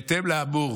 בהתאם לאמור,